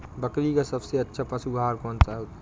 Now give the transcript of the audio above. बकरी का सबसे अच्छा पशु आहार कौन सा है?